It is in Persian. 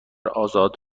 آزاد